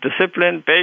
discipline